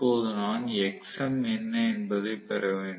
இப்போது நான் Xm என்ன என்பதை பெற வேண்டும்